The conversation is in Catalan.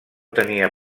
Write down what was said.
tenia